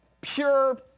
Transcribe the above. pure